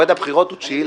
מועד הפיזור הוא 9 באפריל.